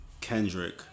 Kendrick